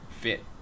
fit